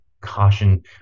caution